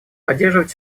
поддерживать